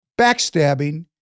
backstabbing